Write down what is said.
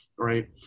Right